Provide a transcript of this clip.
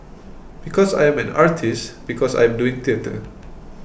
because I am an artist because I am doing theatre